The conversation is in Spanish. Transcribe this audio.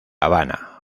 habana